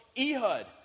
Ehud